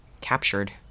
Captured